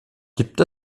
gibt